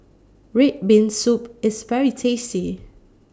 Red Bean Soup IS very tasty